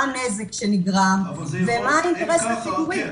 מה הנזק שנגרם ומה האינטרס הציבורי.